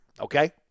okay